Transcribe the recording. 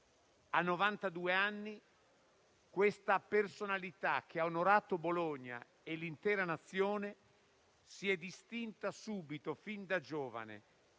A 92 anni, questa personalità che ha onorato Bologna e l'intera Nazione si è distinta subito, fin da giovane.